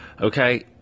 Okay